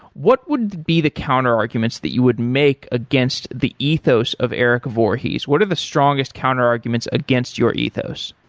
what would be the counter arguments that you would make against the ethos of erik voorhees? what are the strongest counter arguments against your ethos?